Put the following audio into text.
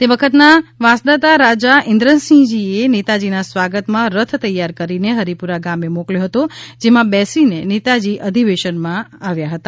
તે વખતનાં વાંસદાતા રાજા ઇન્દ્રસિંહજીએ નેતાજીના સ્વાગતમાં રથ તૈયાર કરીને હરિપુરા ગામે મોકલ્યો હતો જેમાં બેસીને નેતાજી અધિવેશનમાં આપ્યા હતા